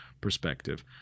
perspective